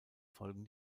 folgen